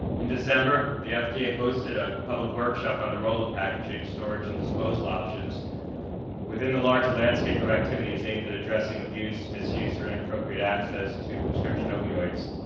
in december, the fda hosted a public workshop on the role of packaging, storage, and disposal options within the larger landscape of activities aimed at addressing abuse, misuse, or inappropriate access to prescription opioids.